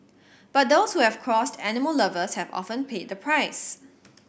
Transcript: but those who have crossed animal lovers have often paid the price